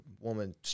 woman